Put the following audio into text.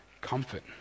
Comfort